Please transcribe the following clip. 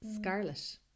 scarlet